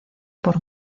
por